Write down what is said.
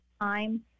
time